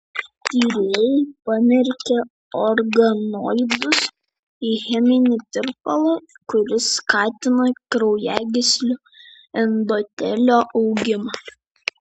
tyrėjai pamerkė organoidus į cheminį tirpalą kuris skatina kraujagyslių endotelio augimą